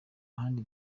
handi